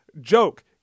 joke